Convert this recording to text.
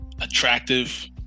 attractive